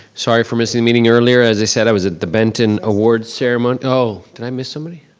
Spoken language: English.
sorry for missing a meeting earlier. as i said, i was at the benton awards ceremony, oh, did i miss somebody?